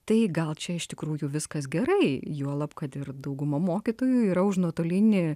tai gal čia iš tikrųjų viskas gerai juolab kad ir dauguma mokytojų yra už nuotolinį